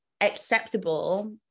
acceptable